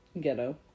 ghetto